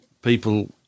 People